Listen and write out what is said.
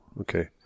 Okay